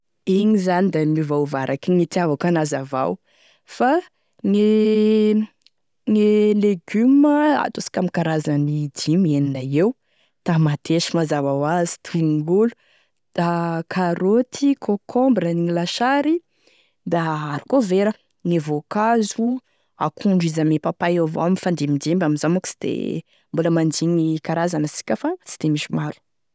Igny zany da miovaova araky gne itiavako an'azy avao fa gne gne legiome ataosika hoe amy karazany dimy, enina eo: tomatesy mazava ho azy, tongolo da kaoroty, concombre anigny lasary, da haricots verts, gne voakazo: akondro izy ame papaye io avao mifandimbidimby amin'izao moa ka sy de mbola mandigny karazany asika fa sy misy maro.